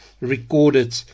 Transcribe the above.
recorded